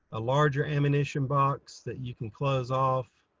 a larger ammunition box that you can close off,